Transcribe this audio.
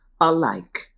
alike